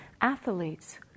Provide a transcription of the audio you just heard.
Athletes